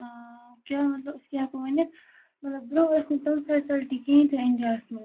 کیٛاہ مطلب أسۍ کیٛاہ ہٮ۪کو ؤنِتھ مطلب برٛونٛہہ ٲسۍ نہٕ تِم فٮ۪سَلٹی کِہیٖنۍ تہِ اِنڈیاہَس منٛز